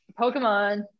Pokemon